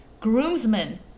Groomsmen